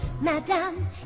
Madame